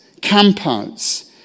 campouts